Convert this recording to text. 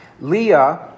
Leah